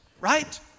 right